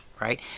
Right